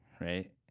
right